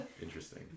Interesting